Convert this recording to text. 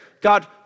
God